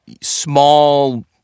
small